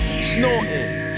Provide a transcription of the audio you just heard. Snorting